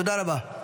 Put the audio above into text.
תודה רבה.